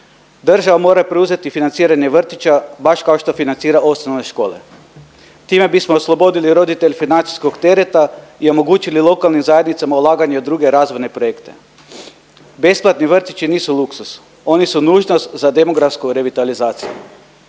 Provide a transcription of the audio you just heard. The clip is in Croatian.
Država mora preuzeti financiranje vrtića baš kao što financira osnovne škole. Time bismo oslobodili roditelje financijskoj tereta i omogućili lokalnim zajednicama ulaganje u druge razvojne projekte. Besplatni vrtići nisu luksuz, oni su nužnost za demografsku revitalizaciju